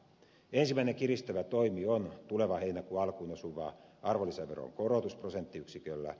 ensimmäinen kiristävä toimi on tulevan heinäkuun alkuun osuva arvonlisäveron korotus prosenttiyksiköllä